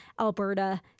Alberta